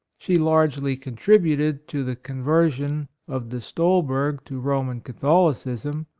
she largely contributed to the conver sion of de stolberg to roman cath olicism,